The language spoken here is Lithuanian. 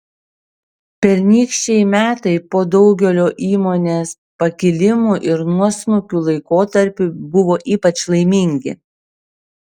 pernykščiai metai po daugelio įmonės pakilimų ir nuosmukių laikotarpių buvo ypač laimingi